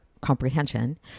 comprehension